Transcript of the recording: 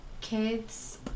kids